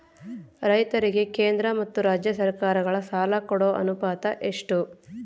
ರೈತರಿಗೆ ಕೇಂದ್ರ ಮತ್ತು ರಾಜ್ಯ ಸರಕಾರಗಳ ಸಾಲ ಕೊಡೋ ಅನುಪಾತ ಎಷ್ಟು?